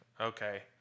Okay